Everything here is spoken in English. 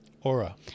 Aura